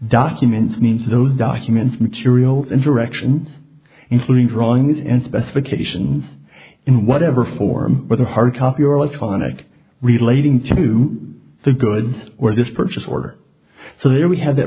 documents means those documents material and direction including drawings and specifications in whatever form with a hard copy or less colonic relating to the goods where this purchase order so there we have that